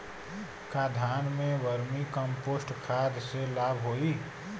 का धान में वर्मी कंपोस्ट खाद से लाभ होई?